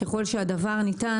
ככל שהדבר ניתן,